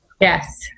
Yes